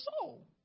soul